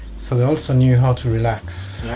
so they also knew how to relax.